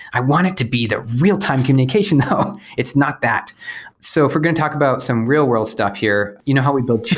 i wanted to be the real-time communication though. it's not that so if we're going to talk about some real-world stuff here, you know how we built